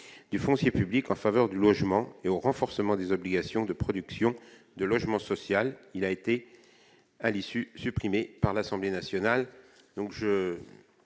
du foncier public en faveur du logement et au renforcement des obligations de production de logement social, puis supprimée par l'Assemblée nationale.